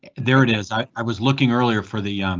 there it is. i i was looking earlier for the yeah